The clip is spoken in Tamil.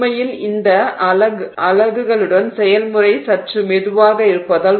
உண்மையில் இந்த அலகுகளுடன் செயல்முறை சற்று மெதுவாக இருப்பதால்